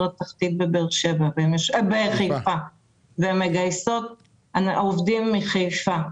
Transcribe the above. התחתית בחיפה והן מגייסות עובדים מחיפה,